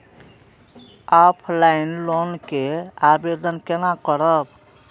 Offline loan के आवेदन केना करब?